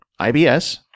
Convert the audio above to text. IBS